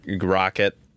rocket